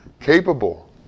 capable